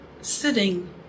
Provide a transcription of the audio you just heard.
sitting